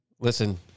Listen